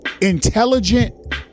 intelligent